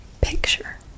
picture